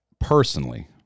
personally